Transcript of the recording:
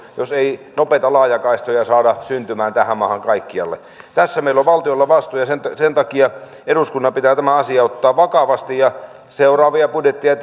jos ei nopeita laajakaistoja saada syntymään tähän maahan kaikkialle tässä meillä on valtiolla vastuu ja sen sen takia eduskunnan pitää tämä asia ottaa vakavasti seuraavia budjetteja